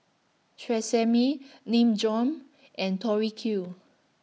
Tresemme Nin Jiom and Tori Q